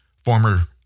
Former